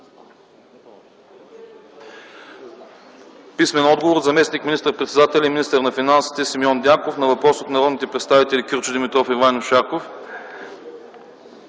- от заместник министър-председателя и министър на финансите Симеон Дянков на въпрос от народните представители Кирчо Димитров и Ваньо Шарков;